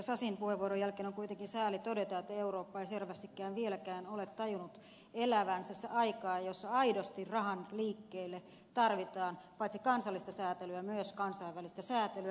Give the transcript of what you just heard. sasin puheenvuoron jälkeen on kuitenkin sääli todeta että eurooppa ei selvästikään vieläkään ole tajunnut elävänsä aikaa jossa aidosti rahan liikkeille tarvitaan paitsi kansallista säätelyä myös kansainvälistä säätelyä